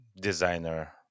designer